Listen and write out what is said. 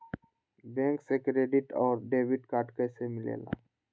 Bank से credit और debit card कैसी मिलेला?